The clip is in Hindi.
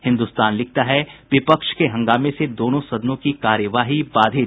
हिन्दुस्तान लिखता है विपक्ष के हंगामे से दोनों सदनों में कार्यवाही बाधित